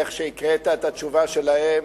איך שהקראת את התשובה שלהם,